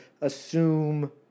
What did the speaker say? assume